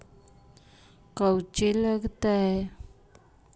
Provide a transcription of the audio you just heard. कौची लगतय?